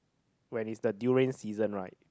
when it's the durian season right